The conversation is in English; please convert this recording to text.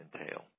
entail